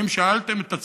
האם שאלתם את עצמכם,